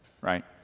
right